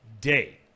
day